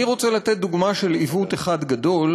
אני רוצה לתת דוגמה של עיוות אחד גדול,